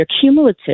cumulative